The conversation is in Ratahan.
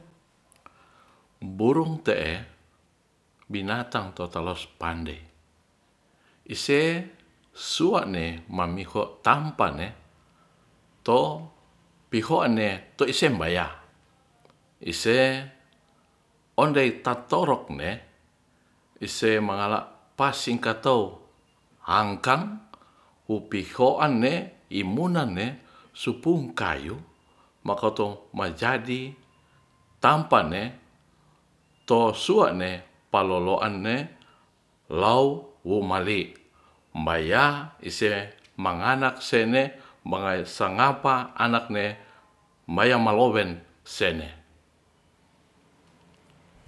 Burung te'e binatang totalos pande ise sua'ne mamiho tampa ne to pihoan ne tu isembaya ise ondei tato ne ise mangala pasingkato angka upihoan ne imuna ne supung kayu mokoto majadi tampa ne to sua'ne paloloan ne lou wumalik baya ise mangana sene mangaye sangapa anak ne mayam mawowen sene